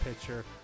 pitcher